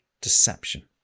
deception